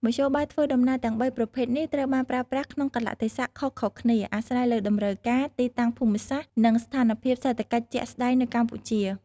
មធ្យោបាយធ្វើដំណើរទាំងបីប្រភេទនេះត្រូវបានប្រើប្រាស់ក្នុងកាលៈទេសៈខុសៗគ្នា អាស្រ័យលើតម្រូវការ ទីតាំងភូមិសាស្ត្រ និងស្ថានភាពសេដ្ឋកិច្ចជាក់ស្ដែងនៅកម្ពុជា ។